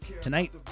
Tonight